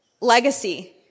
legacy